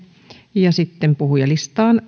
ja sitten puhujalistaan